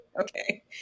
Okay